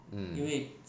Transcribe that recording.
mm